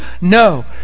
No